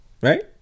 right